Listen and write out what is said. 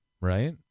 right